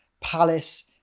palace